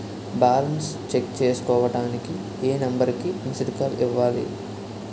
Balance check చేసుకోవటానికి ఏ number కి మిస్డ్ కాల్ ఇవ్వాలి?